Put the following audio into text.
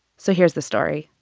so here's the story.